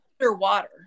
underwater